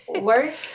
work